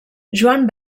joan